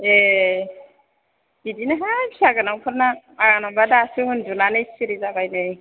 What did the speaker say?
ए बिदिनोहाय फिसागोनांफोरना आंनाबा दासो उन्दुनानै सिरि जाबाय नै